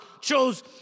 chose